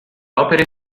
opere